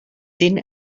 seen